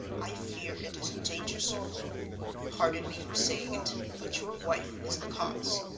i fear it is in danger, sir pardon me for saying it, but your wife is the cause.